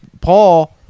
Paul